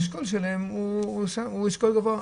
האשכול שלהם הוא אשכול גבוה.